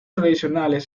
tradicionales